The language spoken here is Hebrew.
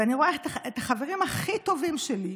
אני רואה את החברים הכי טובים שלי,